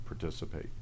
participate